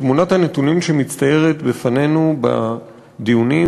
תמונת הנתונים שמצטיירת בפנינו בדיונים,